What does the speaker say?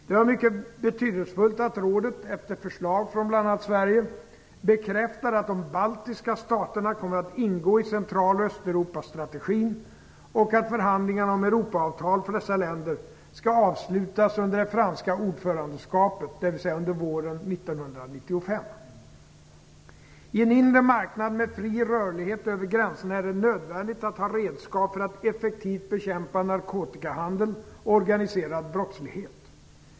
Det var mycket betydelsefullt att rådet efter förslag från bl.a. Sverige bekräftade att de baltiska staterna kommer att ingå i Central och Östeuropastrategin och att förhandlingar om Europaavtal för dessa länder skall avslutas under det franska ordförandeskapet, dvs. under våren 1995. I en inre marknad med fri rörlighet över gränserna är det nödvändigt att ha redskap för att effektivt kunna bekämpa narkotikahandel och organiserad brottslighet.